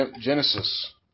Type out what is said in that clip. Genesis